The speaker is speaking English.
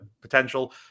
potential